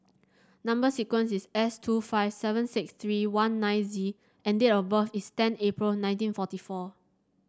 number sequence is S two five seven six three one nine Z and date of birth is ten April nineteen forty four